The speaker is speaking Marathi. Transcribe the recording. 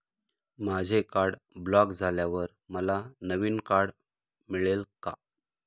माझे कार्ड ब्लॉक झाल्यावर मला नवीन कार्ड मिळेल का?